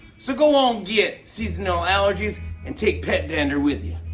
so go on, git, seasonal allergies and take pet dander with you.